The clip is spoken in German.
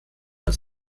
als